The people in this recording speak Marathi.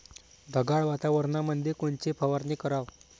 ढगाळ वातावरणामंदी कोनची फवारनी कराव?